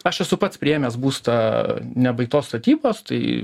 aš esu pats priėmęs būstą nebaigtos statybos tai